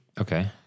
Okay